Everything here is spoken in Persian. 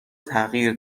تغییر